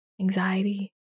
anxiety